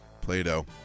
Play-Doh